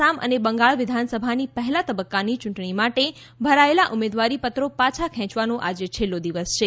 આસામ અને બંગાળ વિધાનસભાનું પહેલા તબક્કાની યૂંટણી માટે ભરાયેલા ઉમેદવારી પત્રો પાછા ખેંચવાનો આજે છેલ્લો દિવસ છે